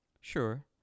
Sure